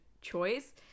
choice